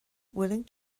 willing